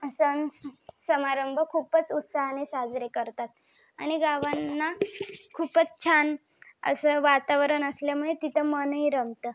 सण समारंभ खूपच उत्साहाने साजरे करतात आणि गावांना खूपच छान असं वातावरण असल्यामुळे तिथं मनही रमतं